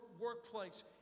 workplace